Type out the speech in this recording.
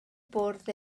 bwrdd